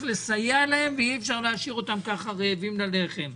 לסייע להם ואי אפשר להשאיר אותם ככה רעבים ללחם.